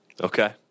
Okay